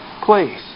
Please